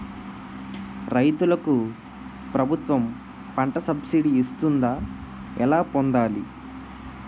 రైతులకు ప్రభుత్వం పంట సబ్సిడీ ఇస్తుందా? ఎలా పొందాలి?